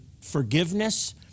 forgiveness